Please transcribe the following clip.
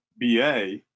ba